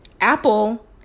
Apple